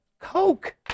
Coke